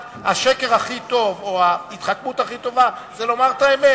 השקר הכי טוב או ההתחכמות הכי טובה זה לומר את האמת.